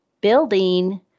building